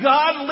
God